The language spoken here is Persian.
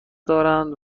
دارند